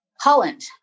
Holland